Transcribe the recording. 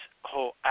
whole